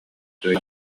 үчүгэй